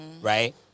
right